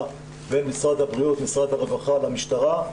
בין משרד הבריאות למשרד הרווחה והמשטרה,